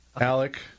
Alec